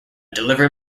delivery